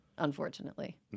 unfortunately